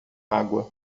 água